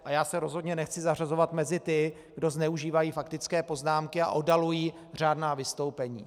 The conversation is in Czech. A já se rozhodně nechci zařazovat mezi ty, kdo zneužívají faktické poznámky a oddalují řádná vystoupení.